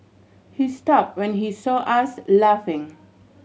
he stop when he saw us laughing